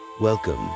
Welcome